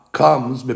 comes